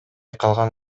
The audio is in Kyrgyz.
калган